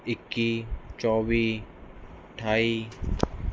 ਇੱਕੀ ਚੌਵੀ ਅਠਾਈ